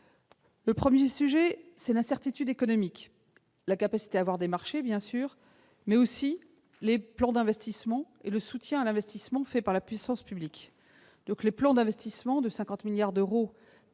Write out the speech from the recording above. préoccupation, c'est l'incertitude économique, leur capacité à décrocher des marchés, bien sûr, mais aussi les plans d'investissement et le soutien à l'investissement par la puissance publique. À cet égard, le plan d'investissement de 50 milliards d'euros